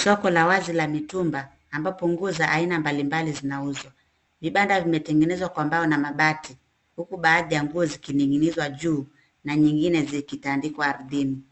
Soko la wazi la mitumba ambapo nguo za aina mbalimbali zinauzwa. Vibanda vimetengenezwa kwa mbao na mabati, huku baadhi za nguo zikining'inizwa juu na nyingine zikitandikwa ardhini.